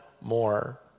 more